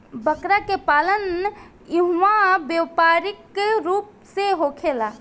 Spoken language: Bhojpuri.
बकरा के पालन इहवा व्यापारिक रूप से होखेला